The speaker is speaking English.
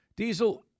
Diesel